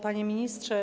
Panie Ministrze!